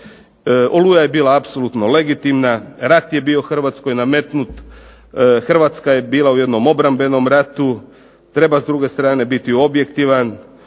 "Oluja" je bila apsolutno legitimna, rat je bio Hrvatskoj nametnut. Hrvatska je bila u jednom obrambenom ratu. Treba s druge strane biti objektivan,